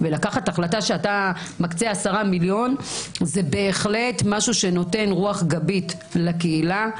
ולקחת החלטה שאתה מקצה 10 מיליון זה בהחלט משהו שנותן רוח גבית לקהילה.